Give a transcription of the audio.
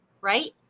right